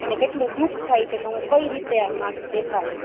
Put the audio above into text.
કે એને કેટલું દુઃખ થાય છે કે હું કઈ રીતે આ માર્કસ દેખાડીશ